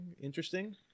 interesting